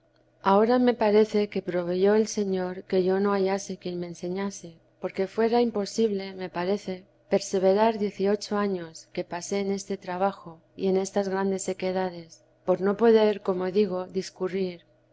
ahora me parece que proveyó el señor que yo no hallase quien me enseñase porque fuera imposible me parece perseverar dieciocho años que pasé este trabajo y en estas grandes sequedades por no poder como digo discurrir